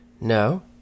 No